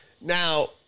now